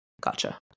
Gotcha